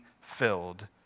filled